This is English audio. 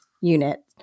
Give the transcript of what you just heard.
unit